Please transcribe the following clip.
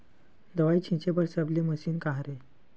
दवाई छिंचे बर सबले मशीन का हरे?